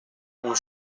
non